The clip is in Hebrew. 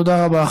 תודה רבה.